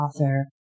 author